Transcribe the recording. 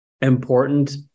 important